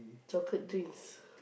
chocolate drinks